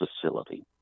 facility